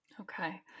Okay